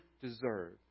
deserve